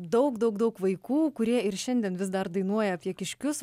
daug daug daug vaikų kurie ir šiandien vis dar dainuoja apie kiškius